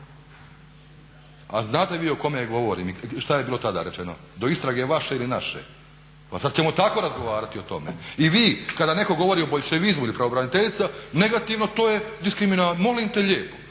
A znate vi o kome govorim i što je bilo tada rečeno, do istrage vaše ili naše. Pa zar ćemo tako razgovarati o tome?! I vi, kada netko govori o boljševizmu ili pravobraniteljica negativno to je diskriminacija. Molim te lijepo!